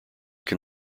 can